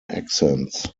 accents